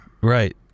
right